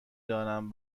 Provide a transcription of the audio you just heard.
دانم